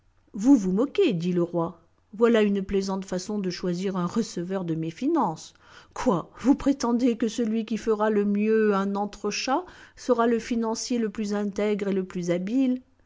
vous vous moquez dit le roi voilà une plaisante façon de choisir un receveur de mes finances quoi vous prétendez que celui qui fera le mieux un entrechat sera le financier le plus intègre et le plus habile